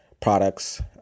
products